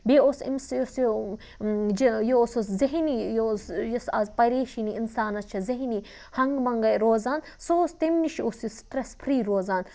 بیٚیہِ اوس أمِس یُس یہِ جہِ یہِ اوسُس ذہنی یہِ اوس یُس اَز پریشٲنی اِنسانَس چھےٚ ذہنی ہنٛگتہٕ منٛگَے روزان سُہ اوس تمہِ نِش اوس یہِ سٕٹرٛٮ۪س فِرٛی روزان